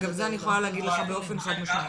זה אני יכולה להגיד לך באופן חד משמעי.